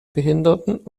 behinderten